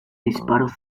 disparos